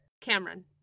Cameron